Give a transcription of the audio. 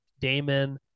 Damon